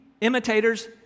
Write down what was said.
imitators